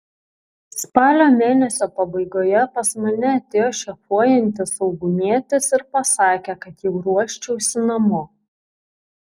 spalio mėnesio pabaigoje pas mane atėjo šefuojantis saugumietis ir pasakė kad jau ruoščiausi namo